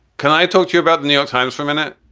can i talk to you about the new york times for a minute,